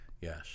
Yes